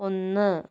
ഒന്ന്